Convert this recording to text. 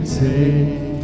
take